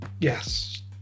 yes